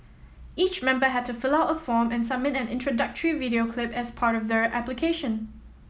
each member had to fill out a form and submit an introductory video clip as part of their application